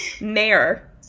Mayor